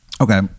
okay